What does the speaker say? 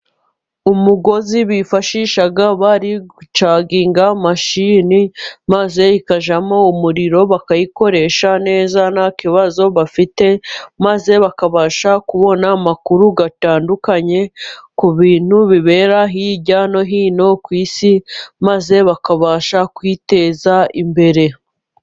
Umugozi bifashisha bari gucaginga mashini maze ikajyamo umuriro, bakayikoresha neza nta kibazo bafite, maze bakabasha kubona amakuru atandukanye ku bintu bibera hirya no hino ku isi, maze bakabasha kwiteza imbere.